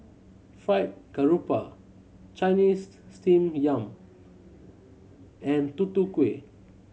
Fried Garoupa Chinese Steamed Yam and Tutu Kueh